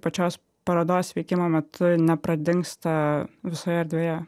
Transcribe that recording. pačios parodos veikimo metu nepradingsta visoje erdvėje